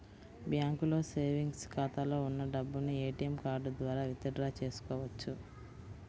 బ్యాంకులో సేవెంగ్స్ ఖాతాలో ఉన్న డబ్బును ఏటీఎం కార్డు ద్వారా విత్ డ్రా చేసుకోవచ్చు